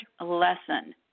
lesson